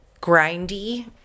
grindy